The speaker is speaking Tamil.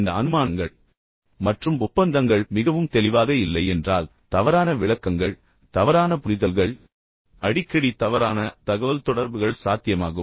எனவே இந்த அனுமானங்கள் மற்றும் ஒப்பந்தங்கள் மிகவும் தெளிவாக இல்லை என்றால் தவறான விளக்கங்கள் தவறான புரிதல்கள் மற்றும் அடிக்கடி தவறான தகவல்தொடர்புகள் சாத்தியமாகும்